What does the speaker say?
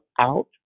out